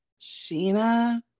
Sheena